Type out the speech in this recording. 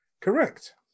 Correct